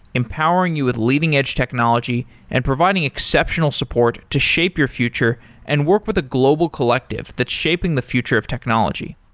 empowering you with leading edge technology and providing exceptional support to shape your future and work with a global collective that's shaping the future of technology.